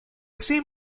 seem